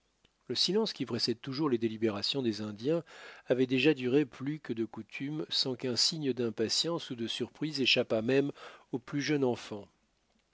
le silence qui précède toujours les délibérations des indiens avait déjà duré plus que de coutume sans qu'un signe d'impatience ou de surprise échappât même au plus jeune enfant